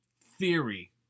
theory